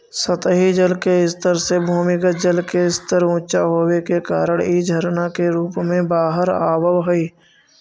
सतही जल के स्तर से भूमिगत जल के स्तर ऊँचा होवे के कारण इ झरना के रूप में बाहर आवऽ हई